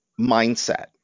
mindset